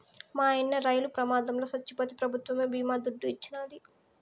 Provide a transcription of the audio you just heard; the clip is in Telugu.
మాయన్న రైలు ప్రమాదంల చచ్చిపోతే పెభుత్వమే బీమా దుడ్డు ఇచ్చినాది